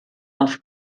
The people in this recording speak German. auf